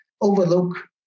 overlook